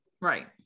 Right